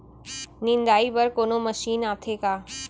निंदाई बर कोनो मशीन आथे का?